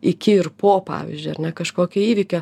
iki ir po pavyzdžiui ar ne kažkokio įvykio